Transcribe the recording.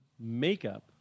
makeup